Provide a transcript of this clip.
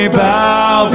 bow